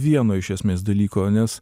vieno iš esmes dalyko nes